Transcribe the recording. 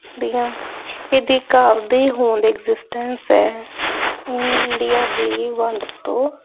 ਦੀਆਂ ਇਹਦੀ ਘਰ ਦੀ ਹੋਂਦ ਐਗਜਿਸਟੈਂਟ ਹੈ ਇੰਡੀਆ ਦੀ ਵੰਡ ਤੋਂ